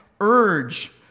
urge